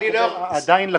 עדיין,